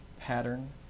pattern